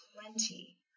plenty